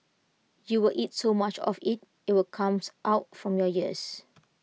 you will eat so much of IT it will comes out from your ears